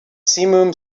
simum